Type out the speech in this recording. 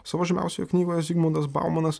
savo žymiausioje knygoje zygmundas baumanas